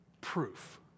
proof